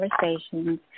conversations